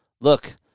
Look